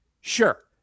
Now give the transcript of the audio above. Sure